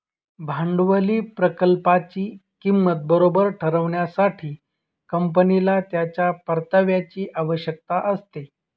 भांडवली प्रकल्पाची किंमत बरोबर ठरविण्यासाठी, कंपनीला त्याच्या परताव्याची आवश्यकता असते